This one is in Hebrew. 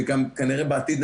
וגם כנראה בעתיד,